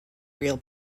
real